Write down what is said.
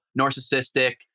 narcissistic